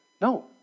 No